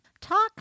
Talk